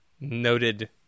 noted